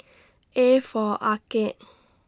A For Arcade